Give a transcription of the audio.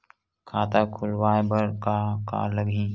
खाता खुलवाय बर का का लगही?